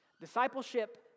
Discipleship